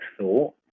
thought